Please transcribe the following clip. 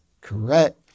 correct